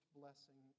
blessing